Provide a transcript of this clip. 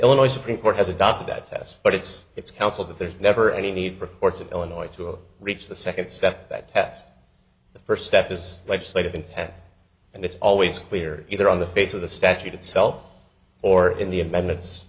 illinois supreme court has adopted that test but it's its counsel that there's never any need for courts of illinois to reach the second step that test the first step is legislative intent and it's always clear either on the face of the statute itself or in the amendments